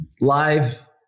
live